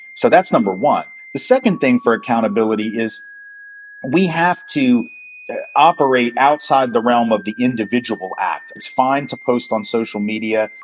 so that's number one. the second thing for accountability is we have to operate outside the realm of the individual act. it's fine to post on social media.